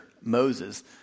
Moses